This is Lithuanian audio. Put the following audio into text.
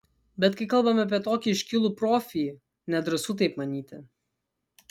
bet kai kalbame apie tokį iškilų profį nedrąsu taip manyti